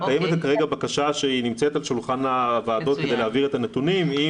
קיימת כרגע בקשה שנמצאת על שולחן הוועדות כדי להעביר את הנתונים.